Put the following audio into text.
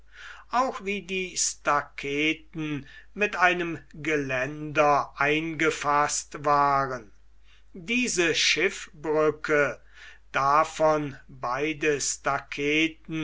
auch wie die staketen mit einem geländer eingefaßt waren diese schiffbrücke davon beide staketen